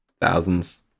Thousands